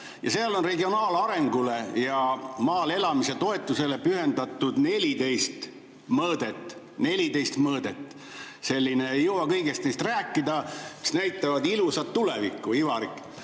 ja seal on regionaalarengule ja maal elamise toetusele pühendatud 14 mõõdet. 14 mõõdet – ei jõua kõigist neist rääkida –, mis näitavad ilusat tulevikku. Ivari,